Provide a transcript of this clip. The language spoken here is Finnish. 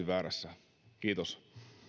väärässä kiitos